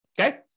okay